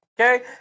okay